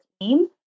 team